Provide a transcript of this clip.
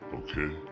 okay